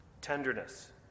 tenderness